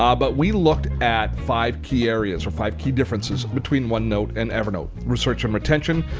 um but we looked at five key areas or five key differences between one note and evernote research and retention,